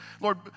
Lord